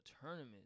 tournament